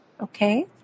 Okay